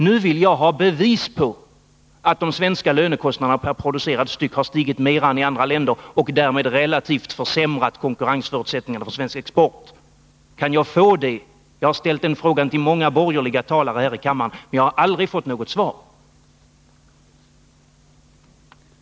Nu vill jag ha bevis på att de svenska lönekostnaderna per producerad styck har stigit mer än i andra länder och därmed relativt försämrat konkurrensförutsättningarna för svensk export. Kan jag få sådana bevis? Jag har ställt den frågan till många borgerliga talare här i kammaren, men jag har aldrig fått något svar.